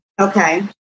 Okay